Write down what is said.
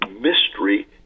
mystery